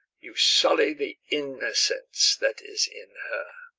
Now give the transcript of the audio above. you sully the innocence that is in her.